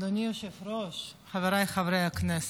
אדוני היושב-ראש, חבריי חברי הכנסת,